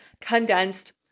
condensed